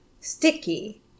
sticky